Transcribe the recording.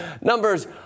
numbers